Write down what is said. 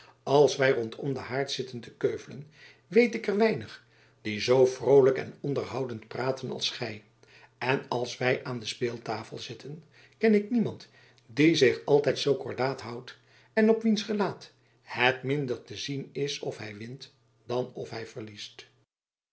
als wy rondom den haard zitten te keuvelen weet ik er weinig die zoo vrolijk en onderhoudend praten als gy en als wy aan de speeltafel zitten ken ik niemand die zich altijd zoo kordaat houdt en op wiens gelaat het minder te zien is of hy wint dan of hy verliest